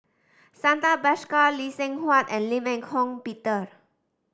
Santha Bhaskar Lee Seng Huat and Lim Eng Hock Peter